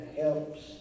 helps